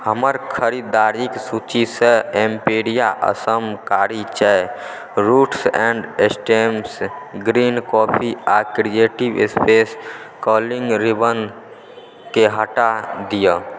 हमर खरीदारिक सूचीसँ एम्पिरिया असम कारी चाय roots and stems green coffee आ क्रिएटिव स्पेस कर्लिंग रिबनकेँ हटा दिअ